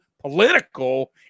Political